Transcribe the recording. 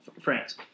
France